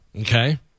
Okay